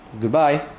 Goodbye